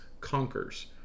conquers